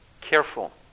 careful